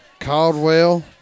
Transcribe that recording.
caldwell